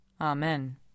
Amen